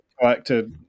collected